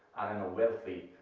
wealthy,